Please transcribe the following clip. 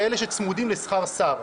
ואלה שצמודים לשכר שר.